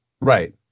Right